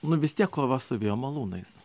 nu vis tiek kova su vėjo malūnais